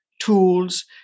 tools